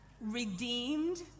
redeemed